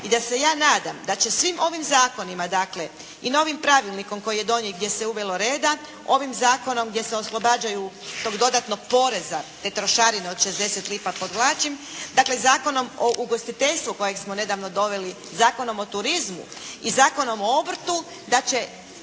I da se ja nadam da će svim ovim zakonima dakle i novim pravilnikom koji je donijet gdje se uvelo reda, ovim zakonom gdje se oslobađaju tog dodatnog poreza, te trošarine od 60 lipa podvlačim dakle, Zakonom o ugostiteljstvu kojeg smo nedavno doveli, Zakonom o turizmu i Zakonom o obrtu da će